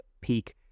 peak